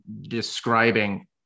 describing